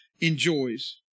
enjoys